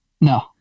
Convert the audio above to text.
No